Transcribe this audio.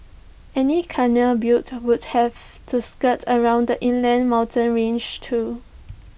any canal built would have to skirt around the inland mountain ranges too